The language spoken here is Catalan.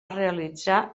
realitzar